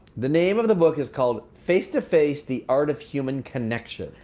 the name of the book is called face to face the art of human connection.